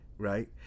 right